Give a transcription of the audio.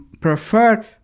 prefer